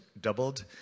doubled